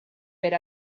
per